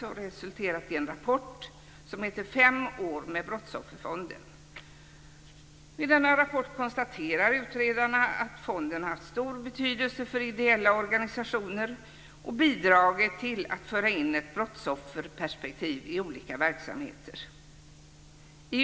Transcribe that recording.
Det har resulterat i en rapport som heter Fem år med Brottsofferfonden. I denna rapport konstaterar utredarna att fonden har haft stor betydelse för ideella organisationer och bidragit till att föra in ett brottsofferperspektiv i olika verksamheter.